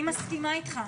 אני מסכימה איתך,